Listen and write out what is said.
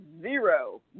zero